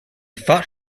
fought